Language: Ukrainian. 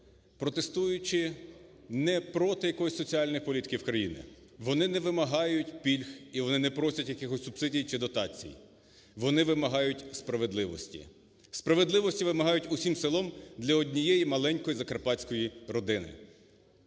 протестуючи не проти якоїсь соціальної політики в країні, вони не вимагають пільг і вони не просять якихось субсидій чи дотацій, вони вимагають справедливості. Справедливості вимагають усім селом для однієї маленької закарпатської родини.